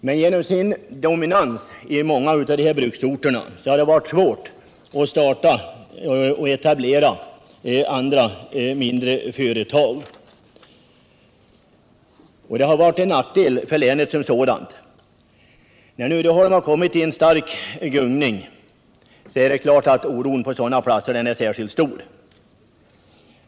Men på grund av bolagets dominans på många bruksorter har det varit svårt att etablera andra, mindre företag dit. Detta har varit en nackdel för länet. När nu Uddeholm har kommit i stark gungning är naturligtvis oron på sådana platser särskilt stor.